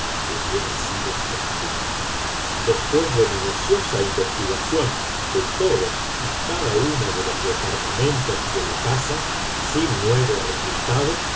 hubiera sido estrangulada después de minuciosa investigación de todos y cada uno de los departamentos de la casa sin nuevo resultado